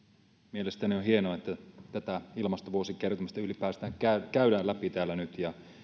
mielestäni on hienoa että tätä ilmastovuosikertomusta ylipäätään käydään läpi täällä nyt ja